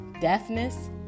deafness